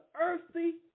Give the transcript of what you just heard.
earthy